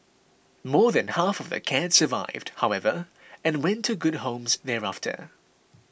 more than half of the cats survived however and went to good homes thereafter